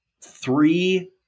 three